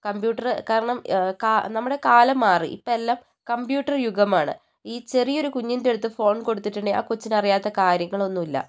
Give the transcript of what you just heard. computer കാരണം കാ നമ്മുടെ കാലം മാറി ഇപ്പം എല്ലാം കമ്പ്യൂട്ടറ് യുഗമാണ് ഈ ചെറിയ ഒരു കുഞ്ഞിന്റെ അടുത്ത് ഫോൺ കൊടുത്തിട്ടുണ്ടെങ്കിൽ ആ കൊച്ചിന് അറിയാത്ത കാര്യങ്ങള് ഒന്നുമില്ല